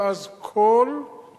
ואז כל בתי-הספר,